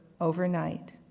overnight